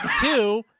two